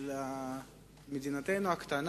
של מדינתנו הקטנה,